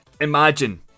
Imagine